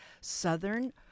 southern